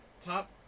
Top